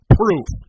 proof